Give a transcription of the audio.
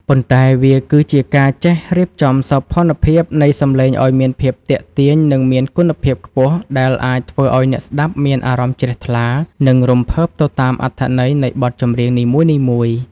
ប៉ុន្តែវាគឺជាការចេះរៀបចំសោភ័ណភាពនៃសម្លេងឱ្យមានភាពទាក់ទាញ និងមានគុណភាពខ្ពស់ ដែលអាចធ្វើឱ្យអ្នកស្តាប់មានអារម្មណ៍ជ្រះថ្លា និងរំភើបទៅតាមអត្ថន័យនៃបទចម្រៀងនីមួយៗ។